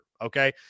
Okay